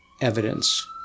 evidence